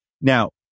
Now